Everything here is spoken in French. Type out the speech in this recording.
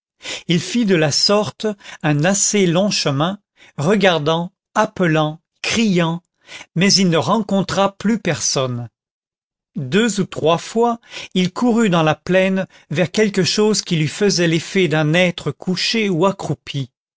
il fit de la sorte un assez long chemin regardant appelant criant mais il ne rencontra plus personne deux ou trois fois il courut dans la plaine vers quelque chose qui lui faisait l'effet d'un être couché ou accroupi